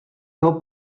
jeho